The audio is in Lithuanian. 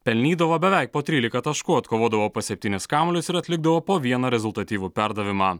pelnydavo beveik po trylika taškų atkovodavo po septynis kamuolius ir atlikdavo po vieną rezultatyvų perdavimą